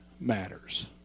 matters